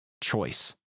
choice